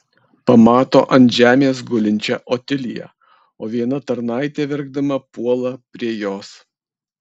pamato ant žemės gulinčią otiliją o viena tarnaitė verkdama puola prie jos